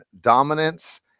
dominance